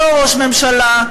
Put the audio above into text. אותו ראש ממשלה,